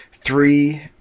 three